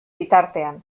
bitartean